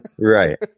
Right